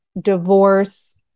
divorce